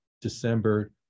December